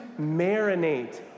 marinate